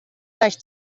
leicht